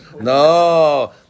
No